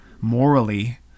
morally